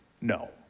no